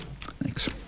Thanks